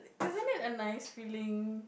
isn't it a nice feeling